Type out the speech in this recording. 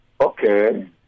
okay